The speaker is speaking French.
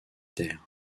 terres